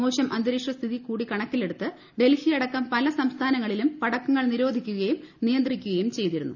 മോശം അന്തരീക്ഷ സ്ക്ഷിതി കൂടി കണക്കിലെടുത്ത് ഡൽഹിയടക്കം പല സ്എസ്ഥാനങ്ങളിലും പടക്കങ്ങൾ നിരോധിക്കുകയും നിയന്ത്രിക്കുകയും ചെയ്തിരുന്നു